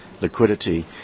liquidity